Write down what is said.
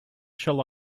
shall